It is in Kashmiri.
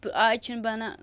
تہٕ اَز چھِنہٕ بَنان